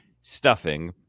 stuffing